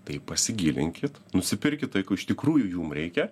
tai pasigilinkit nusipirkit tai ko iš tikrųjų jum reikia